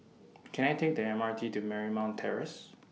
Can I Take The M R T to Marymount Terrace